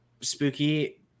spooky